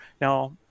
now